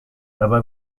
dabei